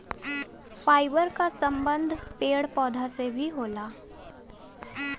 fibre क संबंध पेड़ पौधा से भी होला